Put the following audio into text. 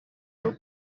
rwo